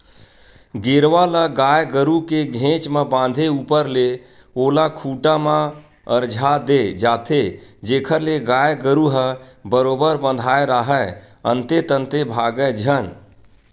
गेरवा ल गाय गरु के घेंच म बांधे ऊपर ले ओला खूंटा म अरझा दे जाथे जेखर ले गाय गरु ह बरोबर बंधाय राहय अंते तंते भागय झन